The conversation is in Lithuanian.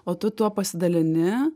o tu tuo pasidalini